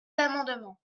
amendements